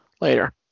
Later